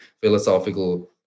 philosophical